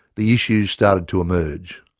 the issues started to emerge.